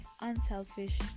unselfish